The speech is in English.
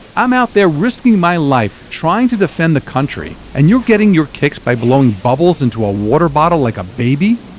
i'm out there risking my life trying to defend the country and you're getting your kicks by blowing bubbles into a water bottle like a baby?